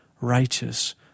righteous